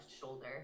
shoulder